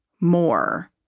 more